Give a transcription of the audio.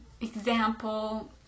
example